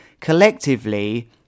collectively